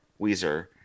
Weezer